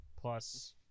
Plus